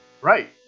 Right